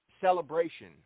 celebration